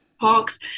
talks